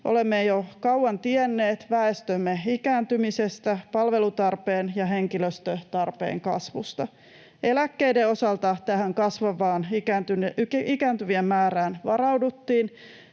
olemme jo kauan tienneet väestömme ikääntymisestä, palvelutarpeen ja henkilöstötarpeen kasvusta. Eläkkeiden osalta tähän kasvavaan ikääntyvien määrään varauduttiin,